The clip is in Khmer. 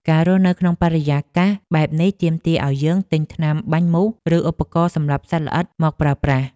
ការរស់នៅក្នុងបរិយាកាសបែបនេះទាមទារឱ្យយើងទិញថ្នាំបាញ់មូសឬឧបករណ៍សម្លាប់សត្វល្អិតមកប្រើប្រាស់។